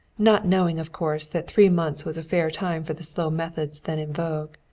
not knowing, of course, that three months was a fair time for the slow methods then in vogue.